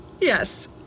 Yes